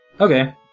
Okay